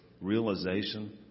realization